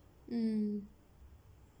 mm